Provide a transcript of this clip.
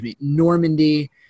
Normandy